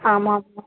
ஆமாம் ஆமாம்